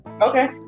Okay